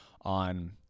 on